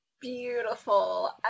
beautiful